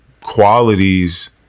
qualities